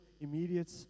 immediate